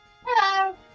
Hello